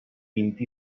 vint